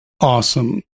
awesome